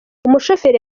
umushoferi